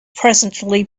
presently